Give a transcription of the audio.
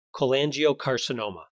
Cholangiocarcinoma